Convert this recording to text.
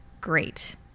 Great